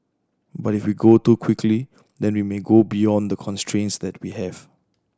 but if we go too quickly then we may go beyond the constraints that we have